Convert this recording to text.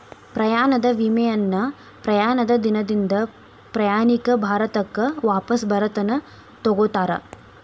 ಪ್ರಯಾಣದ ವಿಮೆಯನ್ನ ಪ್ರಯಾಣದ ದಿನದಿಂದ ಪ್ರಯಾಣಿಕ ಭಾರತಕ್ಕ ವಾಪಸ್ ಬರತನ ತೊಗೋತಾರ